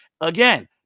Again